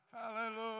Hallelujah